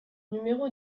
numéro